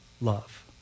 love